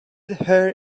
her